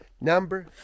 Number